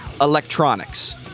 electronics